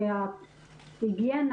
ההיגיינה